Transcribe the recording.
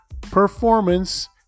performance